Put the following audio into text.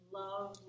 love